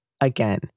Again